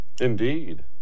Indeed